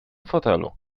fotelu